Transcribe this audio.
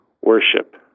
worship